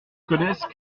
connaissent